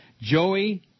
Joey